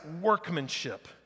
workmanship